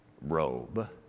robe